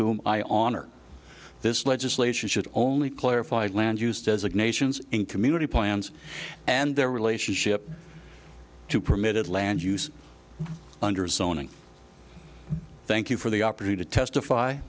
whom i on or this legislation should only clarified land use designations in community plans and their relationship to permitted land use under thank you for the opportunity to testify